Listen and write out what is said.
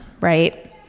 right